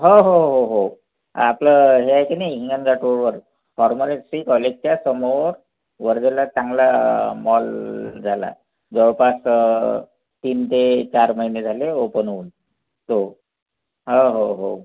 हो हो हो हो आपलं हे आहे की नाही हिंगनघाट रोडवर फार्मरसी कॉलेजच्यासमोर वर्ध्याला चांगला मॉल झाला जवळपास तीन ते चार महिने झाले ओपन होऊन तो हां हो हो